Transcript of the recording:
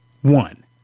one